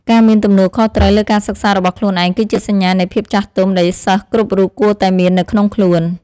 ការមានទំនួលខុសត្រូវលើការសិក្សារបស់ខ្លួនឯង គឺជាសញ្ញានៃភាពចាស់ទុំដែលសិស្សគ្រប់រូបគួរតែមាននៅក្នុងខ្លួន។